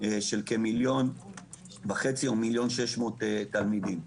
של כ-1,500,000 או כ-1,600,000 תלמידים.